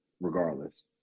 regardless